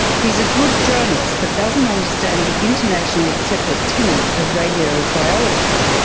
he's a good journalist but doesn't understand the internationally accepted tenets of radiobiology,